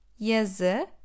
Yazı